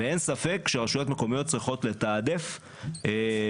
ואין ספק שרשויות מקומיות צריכות לתעדף עובדים